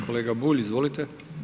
Kolega Bulj, izvolite.